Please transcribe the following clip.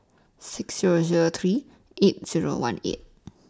six Zero Zero three eight Zero one eight